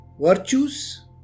virtues